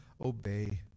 obey